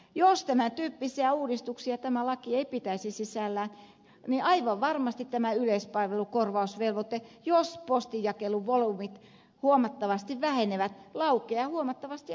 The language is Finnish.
jos tämän tyyppisiä uudistuksia tämä laki ei pitäisi sisällään niin aivan varmasti tämä yleispalvelukorvausvelvoite jos postinjakelun volyymit huomattavasti vähenevät laukeaa huomattavasti aikaisemmin